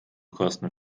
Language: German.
kosten